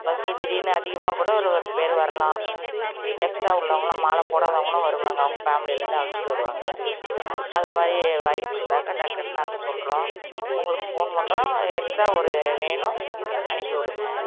bus திடீர்னு அதிகமாக கூட ஒரு பத்து பேர் வரலாம் எக்ஸ்ட்ரா உள்ளவங்கல்லாம் மாலை போடாதவங்களும் வருவாங்க அவங்க ஃபேமிலிலேருந்து அழைச்சிட்டு வருவாங்க அதைமாரி வாய்ப்பு இருந்தாக்கா டக்குனு நாங்கள் சொல்கிறோம் உங்களுக்கு போன் பண்ணுறோம் எக்ஸ்ட்ரா ஒரு வேனும் அனுப்பி விடுங்க